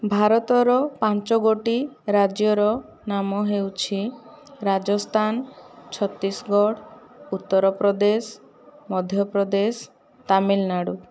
ଭାରତର ପାଞ୍ଚଗୋଟି ରାଜ୍ୟର ନାମ ହେଉଛି ରାଜସ୍ଥାନ ଛତିଶଗଡ଼ ଉତ୍ତରପ୍ରଦେଶ ମଧ୍ୟପ୍ରଦେଶ ତାମିଲନାଡ଼ୁ